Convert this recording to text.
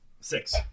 six